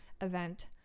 event